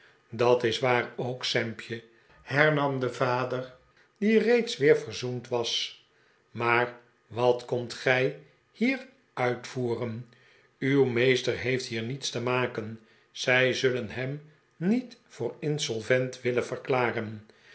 dat is waar ook sampje hernam de vader die reeds weer verzoend was maar wat komt gij hier uitvoeren uw meester heeft hier niets te maken zij zullen hem niet voor insolvent willen verklaren